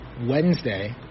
Wednesday